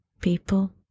people